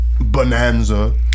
bonanza